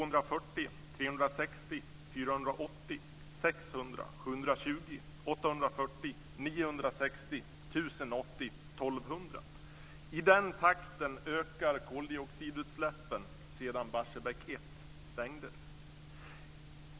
960, 1 080, 1 200 - i den takten ökar koldioxidutsläppen sedan Barsebäck 1 stängdes.